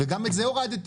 וגם את זה הורדתם.